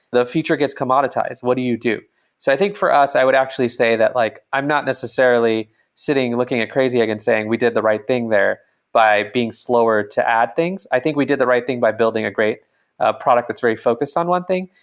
the feature gets commoditized. what do you do? so i think for us, i would actually say that like i'm not necessarily sitting looking at crazy egg and saying we did the right thing there by being slower to add things. i think we did the right thing by building a great ah product that's very focused on one thing.